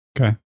Okay